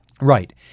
Right